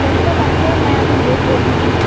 ਸਤਿ ਸ਼੍ਰੀ ਅਕਾਲ ਡੋਕਟਰ ਮੈਂ ਮਨਜੋਤ ਬੋਲ ਰਹੀ ਹਾਂ